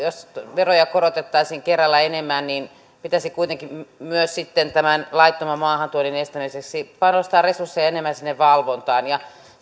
veroja korotettaisiin kerralla enemmän niin pitäisi kuitenkin myös sitten tämän laittoman maahantuonnin estämiseksi panostaa resursseja enemmän sinne valvontaan ja